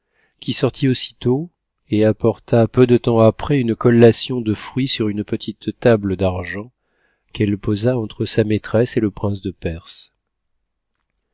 qui sortit aussitôt et apporta peu de temps après une collation de fruits sur une petite table d'argent qu'elle posa entre sa maîtresse et lé prince de perse